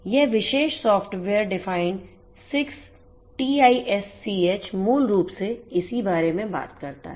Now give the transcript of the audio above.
यह विशेष सॉफ्टवेयर परिभाषित 6TiSCH मूल रूप से इसी बारे में बात करता है